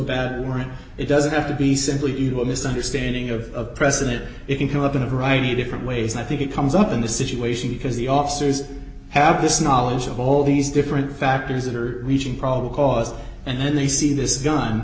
bad warrant it doesn't have to be simply evil misunderstanding of a president it can come up in a variety of different ways i think it comes up in the situation because the officers have this knowledge of all these different factors that are reaching probable cause and then they see this g